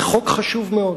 זה חוק חשוב מאוד,